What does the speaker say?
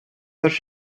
such